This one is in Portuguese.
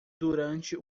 durante